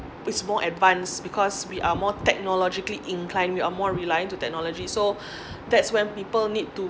is more advanced because we are more technologically inclined we are more reliant to technology so that's when people need to